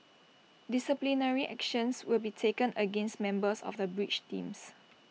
disciplinary actions will be taken against members of the bridge teams